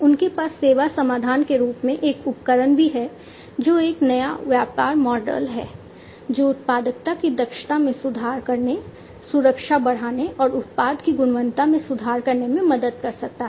उनके पास सेवा समाधान के रूप में एक उपकरण भी है जो एक नया व्यापार मॉडल है जो उत्पादकता की दक्षता में सुधार करने सुरक्षा बढ़ाने और उत्पाद की गुणवत्ता में सुधार करने में मदद कर सकता है